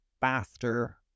faster